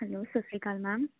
hello ਸਤਿ ਸ਼੍ਰੀ ਅਕਾਲ ਮੈਮ